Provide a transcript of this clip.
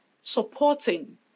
supporting